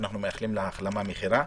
שאנחנו מאחלים לה החלמה מהירה,